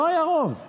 לא היה רוב.